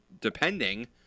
depending